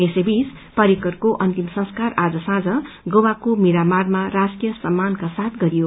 यसैबीच परिकरको अन्तिम संस्कार आज साँझ गोवाको मीरामारमा राजकीय सम्मानका साथ गरियो